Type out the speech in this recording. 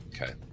okay